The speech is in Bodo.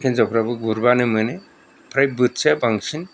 हिन्जावफ्राबो गुरबानो मोनो फ्राय बोथिया बांसिन